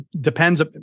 depends